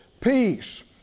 peace